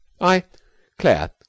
I—Claire